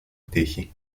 τύχη